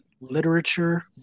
literature